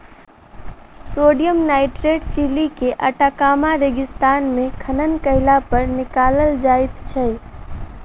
sodium nitrate Chile के Atacama रेगिस्तान मे खनन कयलापर निकालल जाइत छै